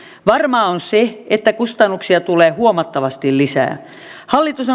varmaa on se että kustannuksia tulee huomattavasti lisää hallitus